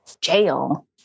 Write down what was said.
jail